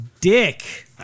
dick